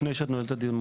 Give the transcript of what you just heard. לפני שאת נועלת את הדיון,